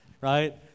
right